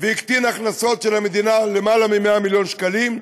והקטין הכנסות של המדינה בלמעלה מ-100 מיליון שקלים,